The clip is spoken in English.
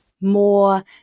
more